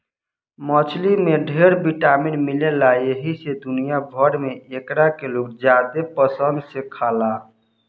मछली में ढेर विटामिन मिलेला एही से दुनिया भर में एकरा के लोग ज्यादे पसंद से खाला